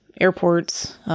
airports